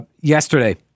yesterday